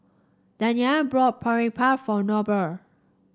Danyelle brought Boribap for Noble